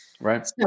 Right